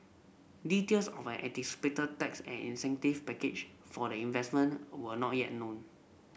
details of an anticipated tax and incentive package for the investment were not yet known